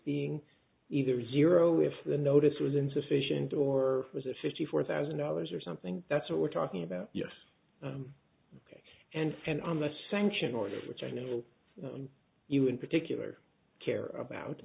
being either is zero if the notice was insufficient or was it fifty four thousand dollars or something that's what we're talking about yes ok and and on the sanction orders which i know you in particular care about